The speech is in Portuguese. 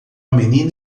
menina